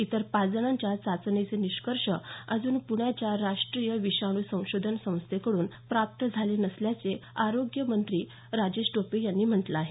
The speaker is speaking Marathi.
इतर पाच जणांच्या चाचणीचे निष्कर्ष अजून पृण्याच्या राष्ट्रीय विषाणू संशोधन संस्थेकडून प्राप्त झाले नसल्याचं आरोग्य मंत्री राजेश टोपे यांनी म्हटलं आहे